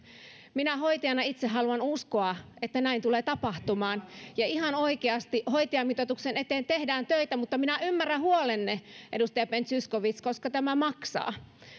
minä hoitajana itse haluan uskoa että näin tulee tapahtumaan ihan oikeasti hoitajamitoituksen eteen tehdään töitä mutta minä ymmärrän huolenne edustaja ben zyskowicz koska tämä maksaa